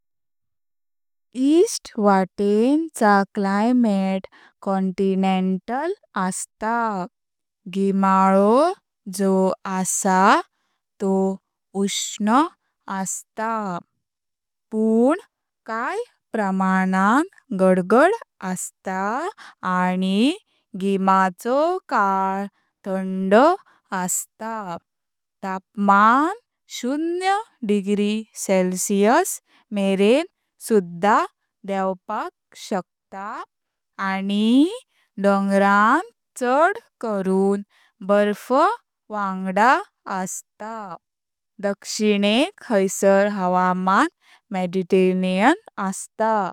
ईस्ट वाटेन चा climate continental आस्ता। गिमाळो जो आसा तो ऊष्ण आस्ता, पण काय प्रमाणां गडगड आस्ता आनी गीमाचल काल थंड आस्ता, तापमान शून्य डिग्री सेल्सियस मरेन सुद्धा देपाक शकता आनी डोंगरांत चड करुन बर्फ वांडग आस्ता। दक्षिणेक हायसर हावामान मेडिटेर्रेनियन आस्ता।